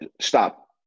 Stop